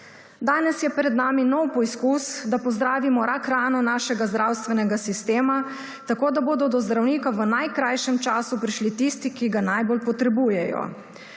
Danes je pred nami nov poizkus, da pozdravimo rak rano našega zdravstvenega sistema, tako da bodo do zdravnika v najkrajšem času prišli tisti, ki ga najbolj potrebujejo.